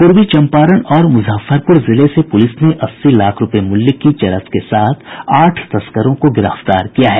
पूर्वी चम्पारण और मुजफ्फरपुर जिले से पुलिस ने अस्सी लाख रूपये मुल्य की चरस के साथ आठ तस्करों को गिरफ्तार किया है